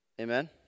Amen